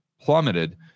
plummeted